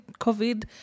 COVID